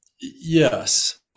Yes